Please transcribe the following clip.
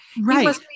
Right